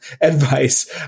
advice